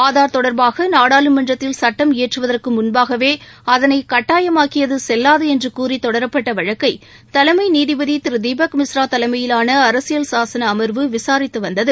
ஆதார் தொடர்பாக நாடாளுமன்றத்தில் சட்டம் இயற்றுவதற்கு முன்பாகவே அதனை கட்டாயமாக்கியது செல்லாது என்று கூறி தொடரப்பட்ட வழக்கை தலைமை நீதிபதி தீபக் மிஸ்ரா தலைமையிலான அரசியல் சாசன அமர்வு விசாரித்து வந்தது